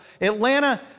Atlanta